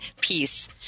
peace